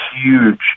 huge